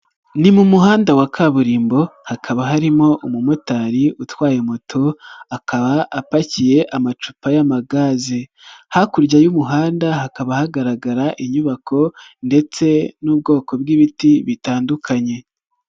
Ni mu muhanda wa kaburimbo hakaba harimo umumotari utwaye moto akaba apakiye amacupa y'amagaze, hakurya y'umuhanda hakaba hagaragara inyubako ndetse n'ubwoko bw'ibiti bitandukanye.